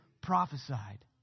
prophesied